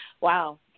Wow